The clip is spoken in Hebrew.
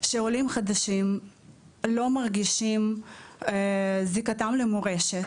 שעולים חדשים לא מרגישים זיקתם למורשת.